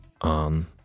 on